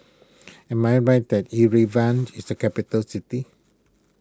am I right that Yerevan is a capital city